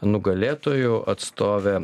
nugalėtojų atstovė